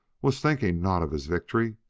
was thinking not of his victory,